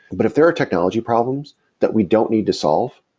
but if there are technology problems that we don't need to solve,